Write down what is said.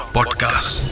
Podcast